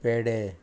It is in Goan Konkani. पेडे